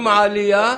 עם העלייה,